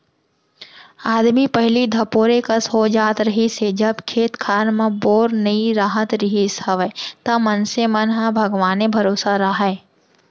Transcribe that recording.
आदमी पहिली धपोरे कस हो जात रहिस हे जब खेत खार म बोर नइ राहत रिहिस हवय त मनसे मन ह भगवाने भरोसा राहय